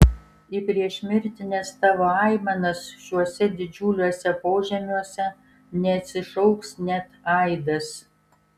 į priešmirtines tavo aimanas šiuose didžiuliuose požemiuose neatsišauks net aidas